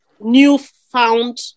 newfound